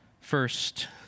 first